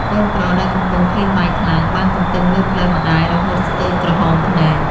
កូនប្រុសដែលកំពុងឃ្លានបាយខ្លាំង បានទន្ទឹងមើលផ្លូវម្ដាយរហូតស្ទើរក្រហមភ្នែក។